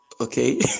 okay